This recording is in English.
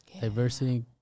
diversity